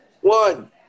One